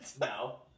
No